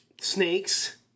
snakes